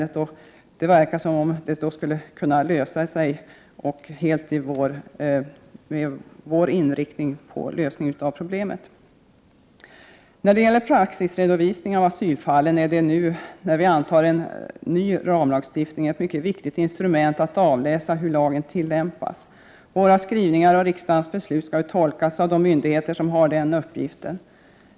Det förefaller som om den skulle kunna lösas i den riktning som vi har föreslagit. Praxisredovisningen av asylfall är nu när vi antar en ny ramlagstiftning ett mycket viktigt instrument för att avläsa hur lagen tillämpas. Våra skrivningar och riksdagens beslut skall ju tolkas av de myndigheter som har den uppgiften.